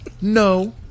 no